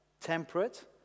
temperate